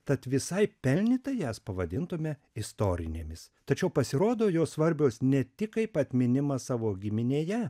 tad visai pelnytai jas pavadintume istorinėmis tačiau pasirodo jos svarbios ne tik kaip atminimas savo giminėje